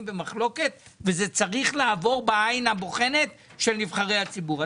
במחלוקת וזה צריך לעבור בעין הבוחנת של נבחרי הציבור.